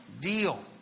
deal